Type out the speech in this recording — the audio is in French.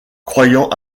croyant